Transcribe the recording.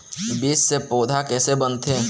बीज से पौधा कैसे बनथे?